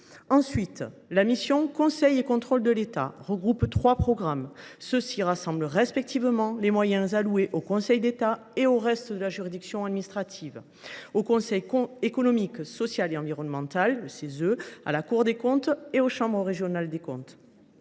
tabou. La mission « Conseil et contrôle de l’État » regroupe trois programmes. Ceux ci rassemblent respectivement les moyens alloués au Conseil d’État et au reste de la juridiction administrative, au Conseil économique, social et environnemental, à la Cour des comptes et aux chambres régionales des comptes.